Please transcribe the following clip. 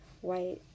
white